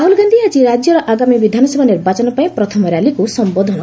ରାହୁଲ ଗାନ୍ଧି ଆକି ରାଜ୍ୟର ଆଗାମୀ ବିଧାନସଭା ନିର୍ବାଚନପାଇଁ ପ୍ରଥମ ର୍ୟାଲିକ୍ ସମ୍ବୋଧନ କରିଛନ୍ତି